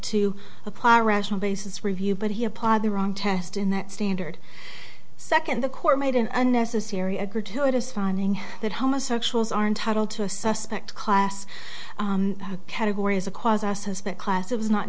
to apply rational basis review but he applied the wrong test in that standard second the court made an unnecessary a gratuitous finding that homosexuals are entitled to a suspect class a category as a cause as has that class it was not